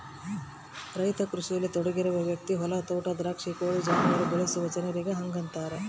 ರೈತ ಕೃಷಿಯಲ್ಲಿ ತೊಡಗಿರುವ ವ್ಯಕ್ತಿ ಹೊಲ ತೋಟ ದ್ರಾಕ್ಷಿ ಕೋಳಿ ಜಾನುವಾರು ಬೆಳೆಸುವ ಜನರಿಗೆ ಹಂಗಂತಾರ